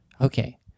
Okay